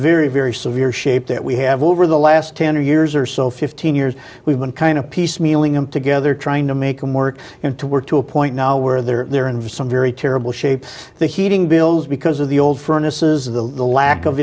very very severe shape that we have over the last ten years or so fifteen years we've been kind of piecemealing them together trying to make them work and to work to a point now where there invest some very terrible shape the heating bills because of the old furnace is the lack of